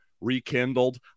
rekindled